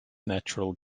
natural